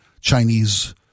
Chinese